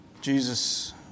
Jesus